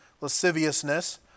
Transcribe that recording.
lasciviousness